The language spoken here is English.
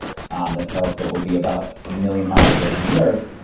um this telescope will be about a million miles away from the earth,